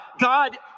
God